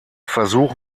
versuch